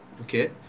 okay